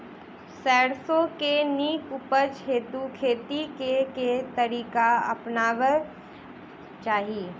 सैरसो केँ नीक उपज हेतु खेती केँ केँ तरीका अपनेबाक चाहि?